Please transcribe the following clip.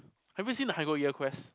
have you seen the Hygo year quest